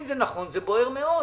אם זה נכון, זה בוער מאוד.